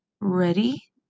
Ready